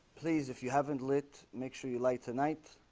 please if you haven't lit make sure you light tonight,